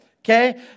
okay